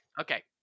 Okay